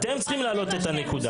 אתם צריכים להעלות את הנקודה.